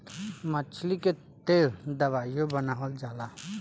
मछली के तेल दवाइयों बनावल जाला